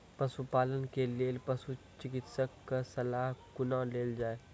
पशुपालन के लेल पशुचिकित्शक कऽ सलाह कुना लेल जाय?